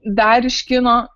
dar iš kino